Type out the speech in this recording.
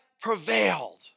prevailed